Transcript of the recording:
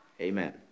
Amen